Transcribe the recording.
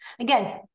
Again